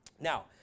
Now